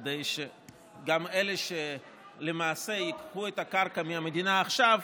כדי שגם אלה שלמעשה ייקחו את הקרקע מהמדינה עכשיו,